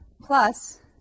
plus